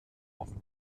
auf